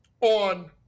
on